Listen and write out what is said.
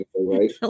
right